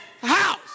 house